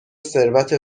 ثروت